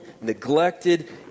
neglected